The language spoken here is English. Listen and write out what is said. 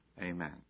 Amen